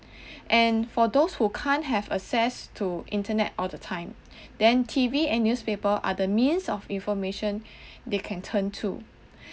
and for those who can't have access to internet all the time then T_V and newspaper are the means of information they can turn to